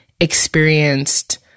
experienced